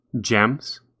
gems